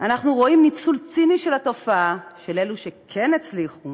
אנחנו רואים ניצול ציני של התופעה של אלו שכן הצליחו